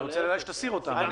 אני רוצה שתסיר אותן.